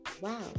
Wow